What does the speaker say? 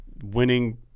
winning